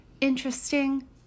Interesting